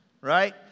Right